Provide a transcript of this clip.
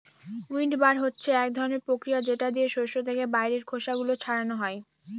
উইন্ডবার হচ্ছে এক ধরনের প্রক্রিয়া যেটা দিয়ে শস্য থেকে বাইরের খোসা গুলো ছাড়ানো হয়